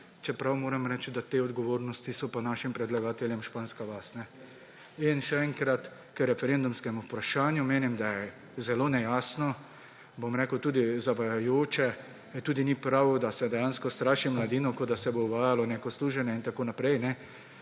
čeprav moram reči, da te odgovornosti so pa našim predlagateljem španska vas. In še enkrat k referendumskemu vprašanju, menim, da je zelo nejasno, bom rekel, tudi zavajajoče, tudi ni prav, da se dejansko straši mladino, kot da se bo uvajalo neko služenje in tako naprej,